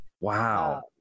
Wow